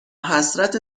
حسرت